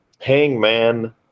Hangman